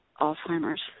Alzheimer's